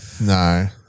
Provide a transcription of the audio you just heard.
No